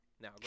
Now